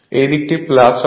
এই দিকটি হবে